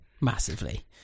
massively